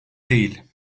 değil